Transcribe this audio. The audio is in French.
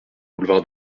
boulevard